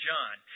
John